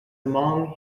among